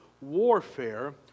warfare